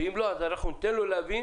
ואם לא אז ניתן לו להבין